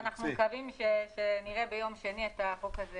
ואנחנו מקווים שנראה ביום שני את החוק הזה